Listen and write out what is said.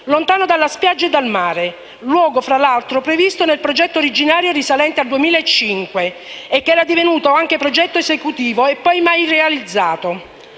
lontano dalla spiaggia e dal mare, luogo fra l'altro previsto nel progetto originario risalente al 2005 e che era divenuto anche progetto esecutivo ma poi mai realizzato.